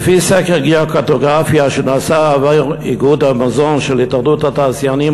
לפי סקר "גיאוקרטוגרפיה" שנעשה עבור איגוד המזון של התאחדות התעשיינים,